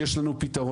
יש לנו פתרון,